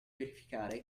verificare